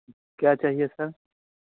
क्या चाहिए सर